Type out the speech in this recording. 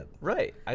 Right